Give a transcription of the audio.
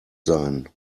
sein